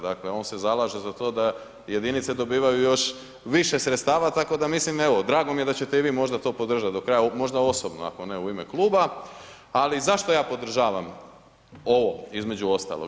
Dakle, on se zalaže za to da jedinice dobivaju još više sredstava, tako da mislim evo, drago mi je da ćete i vi možda to podržat do kraja, možda osobno ako ne u ime kluba, ali zašto ja podržavam ovo između ostalog?